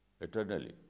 eternally